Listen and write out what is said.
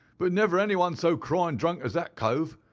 but never anyone so cryin' drunk as that cove.